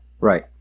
Right